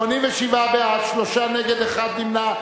שלושה נגד, אחד נמנע.